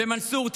ומנסור,